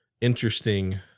interesting